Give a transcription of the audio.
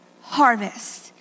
harvest